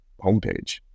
homepage